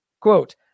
Quote